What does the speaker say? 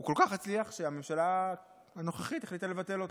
הוא כל כך הצליח שהממשלה הנוכחית החליטה לבטל אותו.